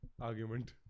argument